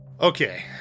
Okay